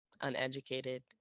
uneducated